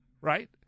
Right